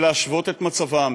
להשוות את מצבן,